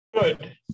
Good